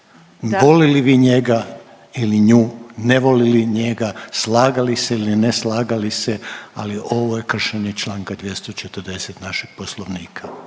volili vi njega ili nju, ne volili njega, slagali se ili ne slagali se, ali ovo je kršenje čl. 240. našeg Poslovnika,